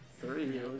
Three